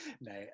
no